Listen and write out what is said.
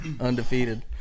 Undefeated